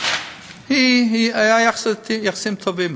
היו יחסים טובים.